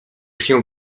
się